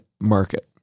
market